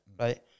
Right